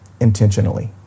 intentionally